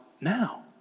now